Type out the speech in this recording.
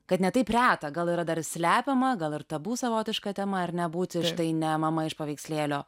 kad ne taip reta gal yra dar slepiama gal ir tabu savotiška tema ar ne būti tai ne mama iš paveikslėlio